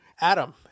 Adam